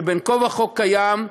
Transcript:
שבין כה וכה קיים,